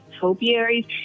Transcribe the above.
topiaries